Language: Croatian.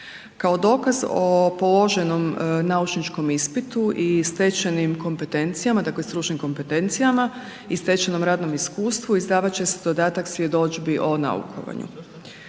Kao dokaz o položenom naučničkom ispitu i stečenim kompetencijama, dakle stručnim kompetencijama i stečenom radnom iskustvu izdavat će se dodatka svjedodžbi o naukovanju.